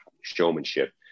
showmanship